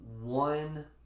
one